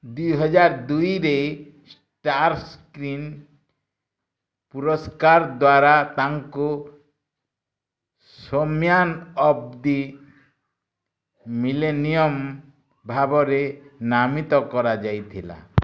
ଦୁଇ ହଜାର ଦୁଇରେ ଷ୍ଟାର ସ୍କ୍ରିନ୍ ପୁରସ୍କାର ଦ୍ୱାରା ତାଙ୍କୁ showman of the millennium ଭାବରେ ନାମିତ କରାଯାଇଥିଲା